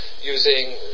using